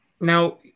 Now